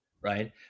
right